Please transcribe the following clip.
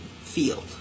field